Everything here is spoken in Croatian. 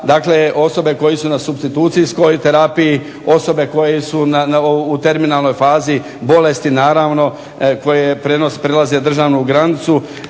dakle osobe koje su na supstitucijskoj terapiji, osobe koje su u terminalnoj fazi bolesti naravno, koje prelaze državnu granicu,